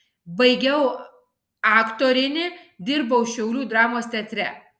baigiau aktorinį dirbau šiaulių dramos teatre